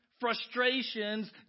frustrations